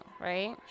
right